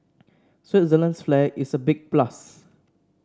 Switzerland's flag is a big plus